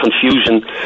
confusion